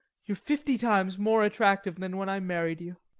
you're fifty times more attractive than when i married you.